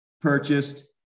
purchased